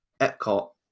Epcot